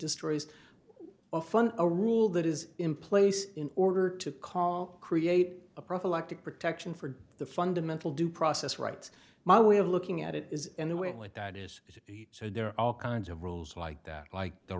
destroys a fun a rule that is in place in order to call create a prophylactic protection for the fundamental due process rights my way of looking at it is and the way i like that is that so there are all kinds of rules like that like the